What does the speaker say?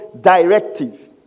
directive